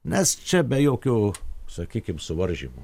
nes čia be jokio sakykim suvaržymo